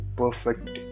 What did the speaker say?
perfect